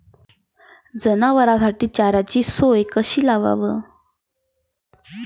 जनावराइसाठी चाऱ्याची सोय कशी लावाव?